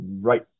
right